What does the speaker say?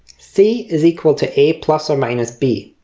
c is equal to a plus or minus b.